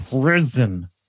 prison